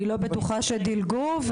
אני לא בטוחה שדילגו.